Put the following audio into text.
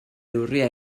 neurria